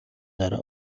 дараа